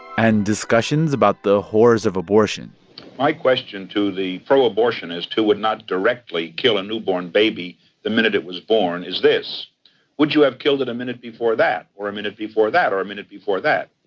and discussions about the horrors of abortion my question to the pro-abortionist, who would not directly kill a newborn baby the minute it was born, is this would you have killed it a minute before that or a minute before that or a minute before that?